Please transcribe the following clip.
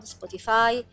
Spotify